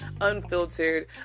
unfiltered